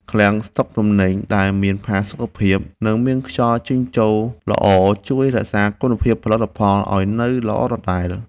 ឃ្លាំងស្តុកទំនិញដែលមានផាសុកភាព និងមានខ្យល់ចេញចូលល្អជួយរក្សាគុណភាពផលិតផលឱ្យនៅល្អដដែល។